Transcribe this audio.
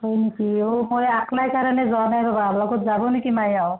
হয় নেকি অ' মই অকলে কাৰণে যোৱা নাই ৰ'বা লগত যাবলৈকে নাই এওঁ